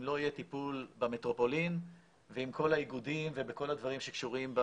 חייב להיות טיפול במטרופולין ועם כל האיגודים ובכל הדברים שקשורים,